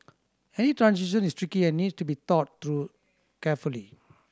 any transition is tricky and needs to be thought through carefully